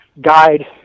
guide